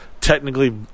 technically